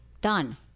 Done